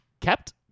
Kept